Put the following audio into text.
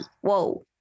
Whoa